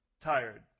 tired